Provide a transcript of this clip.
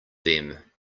them